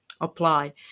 apply